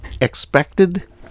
Expected